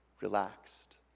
relaxed